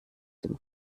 dem